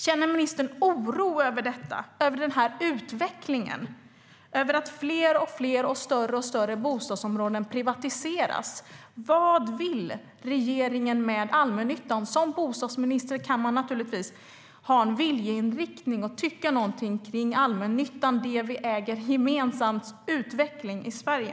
Känner ministern oro över utvecklingen när fler och fler och större och större bostadsområden privatiseras? Vad vill regeringen med allmännyttan? Som bostadsminister kan man naturligtvis ha en viljeinriktning och tycka någonting om allmännyttan - det vi äger gemensamt - och dess utveckling i Sverige.